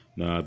na